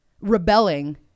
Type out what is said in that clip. rebelling